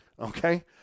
okay